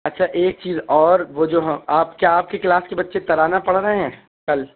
اچھا ایک چیز اور وہ جو آپ کیا آپ کی کلاس کے بچے ترانہ پڑھ رہے ہیں کل